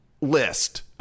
list